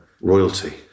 royalty